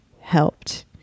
helped